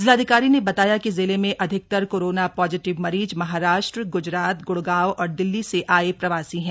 जिलाधिकारी ने बताया कि जिले में अधिकतर कोरोना पॉजिटिव मरीज महाराष्ट्र ग्जरात ग्डगांव और दिल्ली से आये प्रवासी हैं